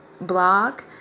blog